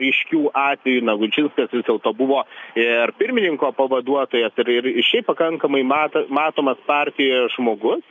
ryškių atvejų na gudžinskas vis dėlto buvo ir pirmininko pavaduotojas ir šiaip pakankamai matan matomas partijoj žmogus